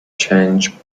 change